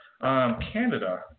Canada